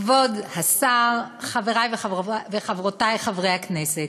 כבוד השר, חברי וחברותי חברי הכנסת,